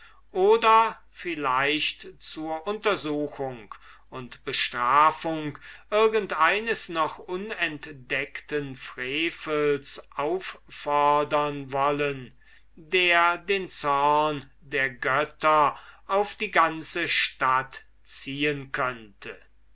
oder vielleicht zur untersuchung und bestrafung irgend eines noch unentdeckten frevels auffordern wollen der den zorn der götter auf die ganze stadt ziehen könnte